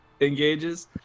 engages